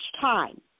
time